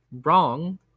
wrong